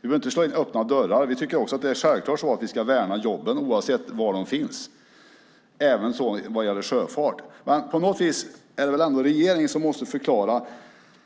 Vi behöver inte slå in öppna dörrar. Vi tycker också att det är självklart att vi ska värna jobben, oavsett var de finns, även när det gäller sjöfart. Men på något vis är det väl ändå regeringen som måste förklara